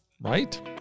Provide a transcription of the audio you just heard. right